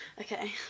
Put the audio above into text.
Okay